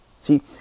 See